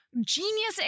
Genius